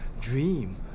dream